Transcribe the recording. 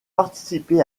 participé